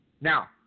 Now